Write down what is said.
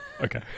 okay